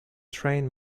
train